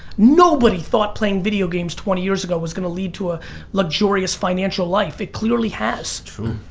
nobody thought playing video games twenty years ago was going to lead to a luxurious financial life, it clearly has. true.